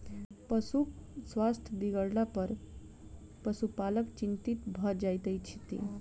पशुक स्वास्थ्य बिगड़लापर पशुपालक चिंतित भ जाइत छथि